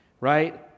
Right